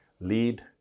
Lead